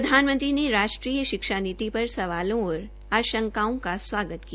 प्रधानमंत्री ने राष्ट्रीय विषय नीति पर सवालों और आशंकाओं का स्वागत किया